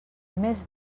més